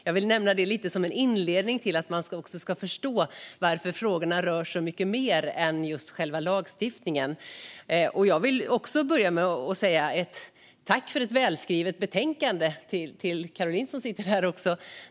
Jag vill inledningsvis nämna detta så att ni ska förstå varför frågorna rör så mycket mer än själva lagstiftningen. Jag vill också tacka Caroline för ett välskrivet betänkande.